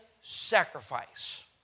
sacrifice